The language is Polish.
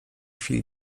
chwili